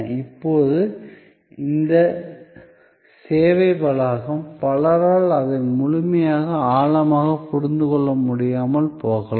இப்போது இந்த சேவை வளாகம் பலரால் அதை முழுமையாக ஆழமாக புரிந்து கொள்ள முடியாமல் போகலாம்